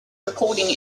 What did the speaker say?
recording